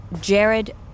Jared